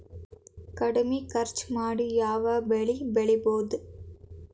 ಕಡಮಿ ಖರ್ಚ ಮಾಡಿ ಯಾವ್ ಬೆಳಿ ಬೆಳಿಬೋದ್?